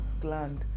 gland